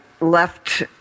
left